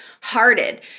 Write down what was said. hearted